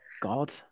God